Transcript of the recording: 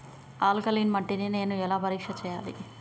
Alkaline మట్టి ని నేను ఎలా పరీక్ష చేయాలి?